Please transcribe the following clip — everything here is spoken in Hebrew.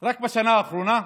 רק בשנה האחרונה?